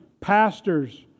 pastors